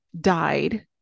died